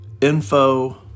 info